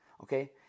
okay